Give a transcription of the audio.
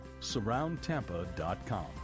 surroundtampa.com